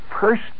first